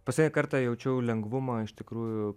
paskutinį kartą jaučiau lengvumą iš tikrųjų